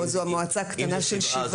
אם זה שבעה, אז שלושה-ארבעה?